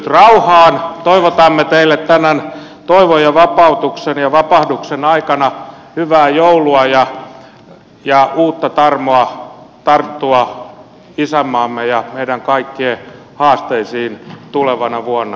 toivo tamme teille tämän toivon ja vapautuksen ja vapahduksen aikana hyvää joulua ja uutta tarmoa tarttua isänmaamme ja meidän kaikkien haasteisiin tulevana vuonna